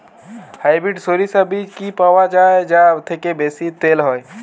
Hybrid শরিষা বীজ কি পাওয়া য়ায় যা থেকে বেশি তেল হয়?